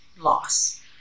loss